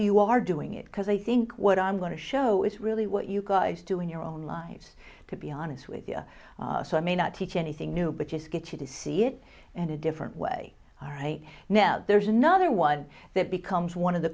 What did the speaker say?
you are doing it because i think what i'm going to show is really what you guys do in your own lives to be honest with you so i may not take anything new but just get you to see it and a different way all right now there's another one that becomes one of the